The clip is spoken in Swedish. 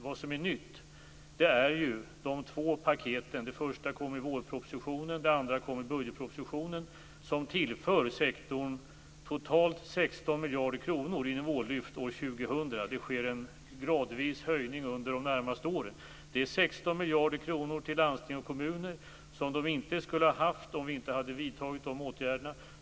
Vad som är nytt är de två paket - det första kom i vårpropositionen och det andra i budgetpropositionen - som tillför sektorn totalt 16 miljarder kronor genom årslyft till år 2000. Det sker en gradvis höjning under de närmaste åren. Det är 16 miljarder kronor till landsting och kommuner som de inte skulle ha haft, om vi inte hade vidtagit dessa åtgärder.